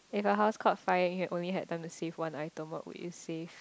if your house caught fire and you had only had time to save one item what would you save